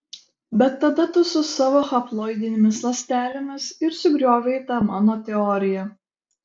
bet tada tu su savo haploidinėmis ląstelėmis ir sugriovei tą mano teoriją